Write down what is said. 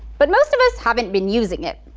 but most of us haven't been using it.